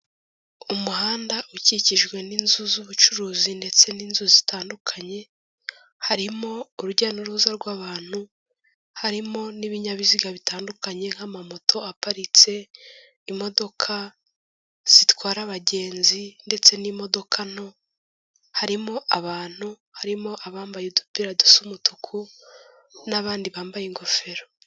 Umuhanda ukikijwe n'inzu z'ubucuruzi ndetse n'inzu zitandukanye, harimo urujya n'uruza rw'abantu, harimo n'ibinyabiziga bitandukanye nk'amamoto aparitse, imodoka zitwara abagenzi ndetse n'imodoka nto harimo abantu, harimo abambaye udupira dusa umutuku n'abandi bambaye ingofero.